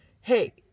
hey